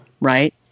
right